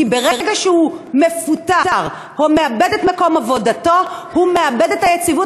כי ברגע שהוא מפוטר או מאבד את מקום עבודתו הוא מאבד את היציבות